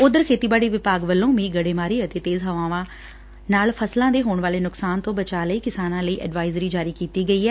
ਉਧਰ ਖੇਤੀਬਾੜੀ ਵਿਭਾਗ ਵੱਲੋਂ ਮੀਂਹ ਗੜ੍ਜੂਮਾਰੀ ਅਤੇ ਤੇਜ਼ ਹਵਾਵਾਂ ਨਾਲ ਫਸਲਾਂ ਦੇ ਹੋਣ ਵਾਲੇ ਨੁਕਸਾਨ ਤੋਂ ਬਚਾਅ ਲਈ ਕਿਸਾਨਾਂ ਲਈ ਐਡਵਾਇਜਰੀ ਜਾਰੀ ਕੀਤੀ ਗਈ ਐ